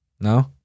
No